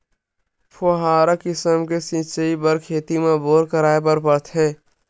फव्हारा किसम के सिचई बर खेत म बोर कराए बर परथे